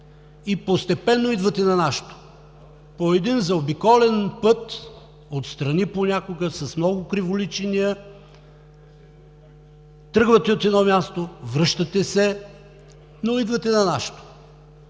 постепенно идвате на нашето – по един заобиколен път, понякога отстрани, с много криволичения, тръгвате от едно място, връщате се, но идвате на нашето.